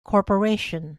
corporation